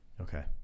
Okay